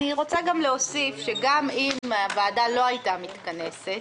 אני רוצה להוסיף שגם אם הוועדה לא הייתה מתכנסת,